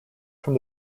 from